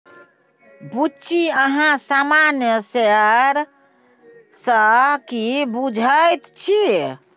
बुच्ची अहाँ सामान्य शेयर सँ की बुझैत छी?